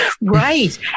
right